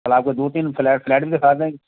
कल आपको दो तीन फ्लैट फ्लैट भी दिखा देंगे